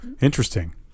Interesting